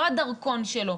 לא הדרכון שלו,